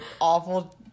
awful